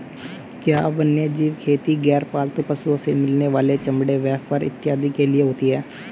क्या वन्यजीव खेती गैर पालतू पशुओं से मिलने वाले चमड़े व फर इत्यादि के लिए होती हैं?